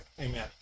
Amen